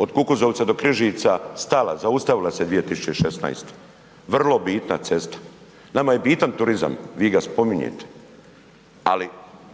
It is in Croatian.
od Kukuzovca do Križica stala, zaustavila se 2016., vrlo bitna cesta. Nama je bitan turizam, vi ga spominjete, ali